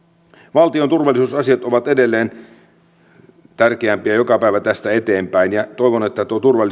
valtion turvallisuusasiat ovat tärkeämpiä joka päivä tästä eteenpäin ja toivon että